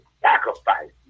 sacrifice